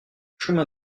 chemin